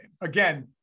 again